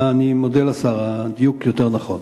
אני מודה לשר, הדיוק יותר נכון.